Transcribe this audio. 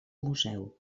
museu